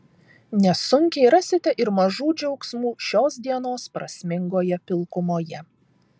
nesunkiai rasite ir mažų džiaugsmų šios dienos prasmingoje pilkumoje